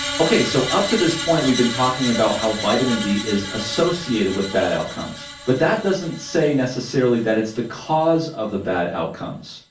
okay, so up to this point we've been talking about how vitamin d is associated with bad outcomes, but that doesn't say necessarily that it's the cause of the bad outcomes.